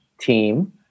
team